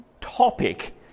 topic